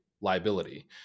liability